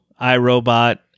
iRobot